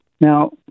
Now